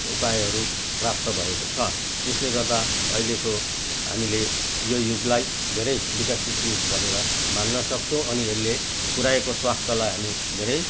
उपायहरू प्राप्त भएको छ त्यसले गर्दा अहिलेको हामीले यो युगलाई धेरै विकसित युग भनेर मान्नसक्छौँ अनि यसले पुर्याएको स्वास्थ्यलाई हामी धेरै